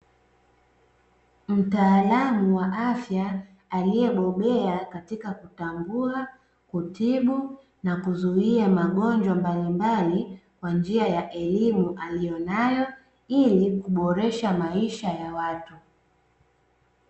Mtaalamu wa afya aliyebobea katika kutambua, kutibu na kuzuia magonjwa mbalimbali kwa njia ya elimu aliyonayo ili kuboresha maisha ya watu.